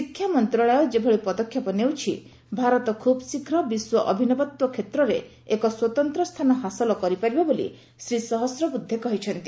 ଶିକ୍ଷା ମନ୍ତ୍ରଣାଳୟ ଯେଭଳି ପଦକ୍ଷେପ ନେଉଛି ଭାରତ ଖୁବ୍ଶୀଘ୍ର ବିଶ୍ୱ ଅଭିନବତ୍ୱ କ୍ଷେତ୍ରରେ ଏକ ସ୍ୱତନ୍ତ୍ର ସ୍ଥାନ ହାସଲ କରି ପାରିବ ବୋଲି ଶ୍ରୀ ସହସ୍ୱବୃଦ୍ଧେ କହିଛନ୍ତି